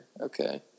Okay